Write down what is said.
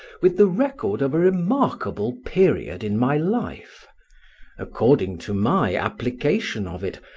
with the record of a remarkable period in my life according to my application of it,